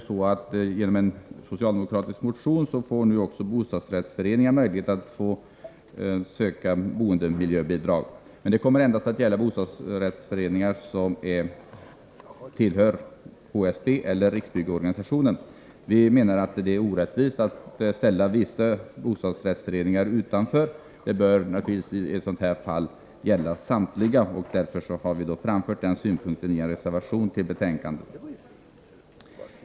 Enligt en socialdemokratisk motion får nu bostadsrättsföreningarna möjlighet att söka boendemiljöbidrag, men det kommer endast att gälla bostadsrättsföreningar som tillhör HSB eller Riksbyggen. Vi menar att det är orättvist att ställa vissa bostadsrättsföreningar utanför. Samtliga föreningar bör naturligtvis ha samma möjlighet. Därför har vi framfört vår synpunkt i en reservation till betänkandet.